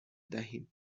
دهیم